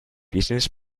business